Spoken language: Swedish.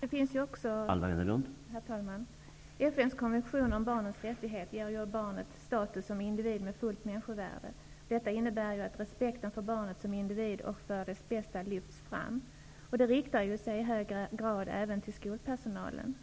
Herr talman! FN:s konvention om barnens rättigheter ger barnet status som individ med fullt människovärde. Det innebär att respekten för barnet som individ lyfts fram. Innehållet riktar sig i hög grad även till skolpersonalen.